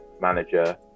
manager